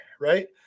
Right